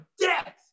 death